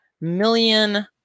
million